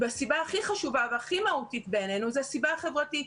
והסיבה הכי חשובה והכי מהותית בעניינו זאת הסיבה החברתית.